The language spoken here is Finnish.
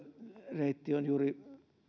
reitti on juuri